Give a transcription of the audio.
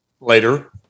later